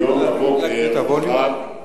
אפשר להגביר את הווליום?